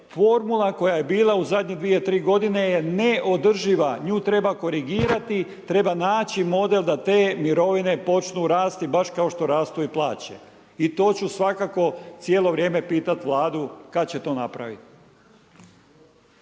Formula koja je bila u zadnje 2, 3 godine je neodrživa, nju treba korigirati, treba naći model da te mirovine počnu rasti baš kao što rastu i plaće. I to ću svakako cijelo vrijeme pitati Vladu, kada će to napraviti.